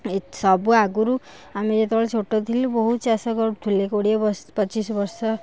ସବୁ ଆଗୁରୁ ଆମେ ଯେତେବେଳେ ଛୋଟ ଥିଲୁ ବହୁତ ଚାଷ କରୁଥିଲେ କୋଡ଼ିଏ ବର୍ଷ ପଚିଶି ବର୍ଷ